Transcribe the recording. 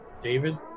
David